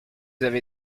avez